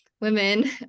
women